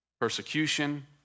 persecution